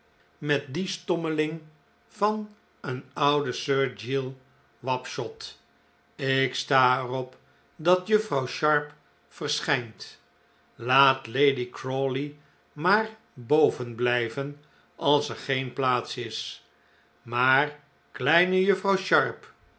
met dien stommeling van een ouden sir giles wapshot ik sta er op dat juffrouw sharp verschijnt laat lady crawley maar boven blijven als er geen plaats is maar kleine juffrouw sharp